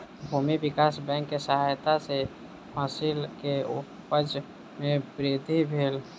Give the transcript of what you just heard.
भूमि विकास बैंक के सहायता सॅ फसिल के उपज में वृद्धि भेल